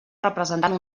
representant